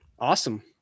Awesome